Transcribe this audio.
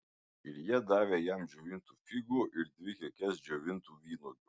ir jie davė jam džiovintų figų ir dvi kekes džiovintų vynuogių